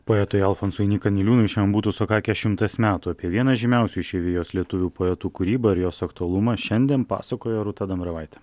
poetui alfonsui nyka niliūnui šian būtų sukakę šimtas metų apie vieną žymiausių išeivijos lietuvių poetų kūrybą ir jos aktualumą šiandien pasakojo rūta dambravaitė